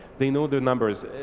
they know the numbers.